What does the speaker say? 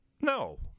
no